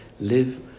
live